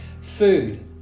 Food